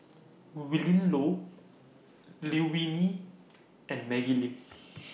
Willin Low Liew Wee Mee and Maggie Lim